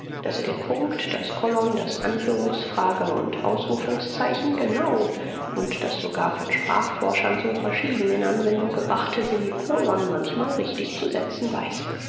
daß er den punkt das kolon das anführungsfrage und ausrufungszeichen genau und das sogar von sprachforschern so verschieden in anwendung gebrachte semikolon manchmal richtig zu setzen weiß